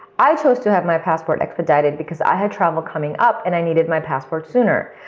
i chose to have my passport expedited because i had travel coming up, and i needed my passport sooner.